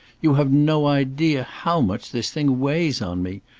you have no idea how much this thing weighs on me.